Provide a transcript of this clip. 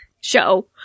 show